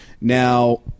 Now